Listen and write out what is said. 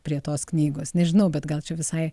prie tos knygos nežinau bet gal čia visai